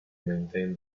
maintain